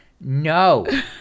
no